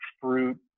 fruit